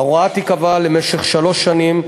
ההוראה תיקבע למשך שלוש שנים,